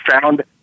found